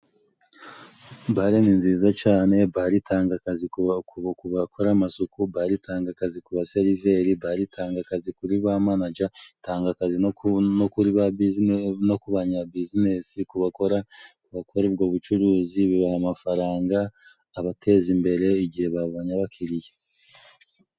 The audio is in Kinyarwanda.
Bare ni nziza cane， bare itanga akazi ku bakora amasuku，bare itanga akazi ku baseriveri， bare itanga akazi kuri ba manaja， itanga akazi no ku banyabizinesi，ku bakora ubwo bucuruzi bibaha amafaranga abateza imbere， igihe babonye abakiriya.